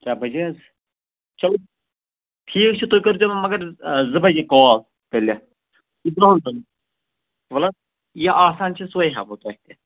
ترٛےٚ بَجے حظ چلو ٹھیٖک چھُ تُہۍ کٔرۍ زیو مگر زٕ بَجے کال تیٚلہِ وَل حظ یہِ آسان چھِ سۄے ہٮ۪مہٕ بہٕ تۄہہِ تہِ